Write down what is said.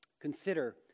consider